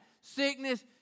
sickness